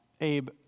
Abe